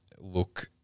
look